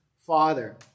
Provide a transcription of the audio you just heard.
Father